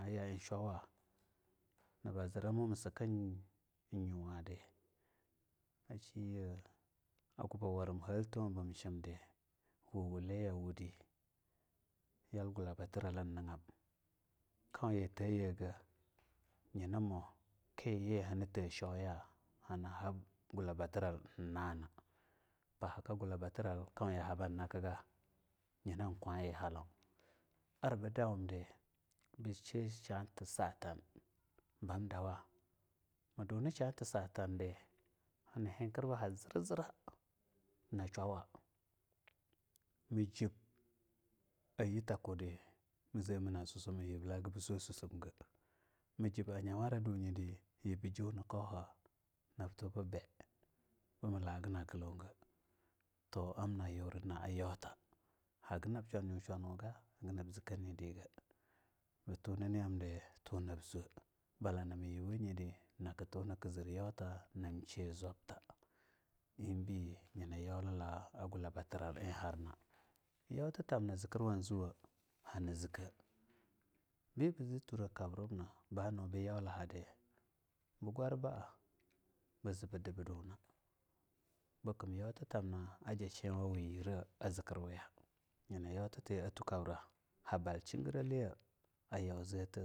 Ayayin shuwa nama ziramu ma siku nyuwadi a shiye a gubba warim halto awubam shimdi wuwu liya a wudi yal gulabatiala enigam, kauya ateeyega nyina mwo kiyi hani tee shwoya hani hab gullabatiral iee na ana pahaka gulabatiral kauya a habba nakkaga nyina kwa yi hallau arbu dawumdi ba she shata satanhallaubam dawa ma dunu shatta satandi hakam zerana shwawa, majib ayitakudi, mazemana susuma yib balaga ba swe ga susumga, majib a nyawara duyidi yib nab juna kauha nab tu bu bee... malagana klauga to amna yurama naa yauta haga nab shwan nyushwa mwuga haga nab zee kau neriga batuna amnidi to nab swa bala namu yuwa a nyidi na kutu naki zeer yauta nam shi zwabta ie be nyina yaula gulabati rala ie harna. Yautitam na zikirwa zewea hani zikka, biba zee turakab ribna ba nubu yauta hada bea gwar bella bea dah bea duna beki yautitamna ajah shiwawe yirra a zikirweya yina yauti a tweakabrana habal chingreliya ayau ze.